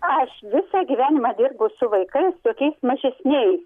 aš visą gyvenimą dirbu su vaikais tokiais mažesniais